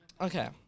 Okay